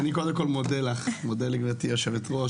אני מודה לגברתי היושבת-ראש,